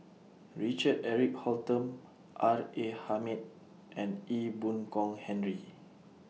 Richard Eric Holttum R A Hamid and Ee Boon Kong Henry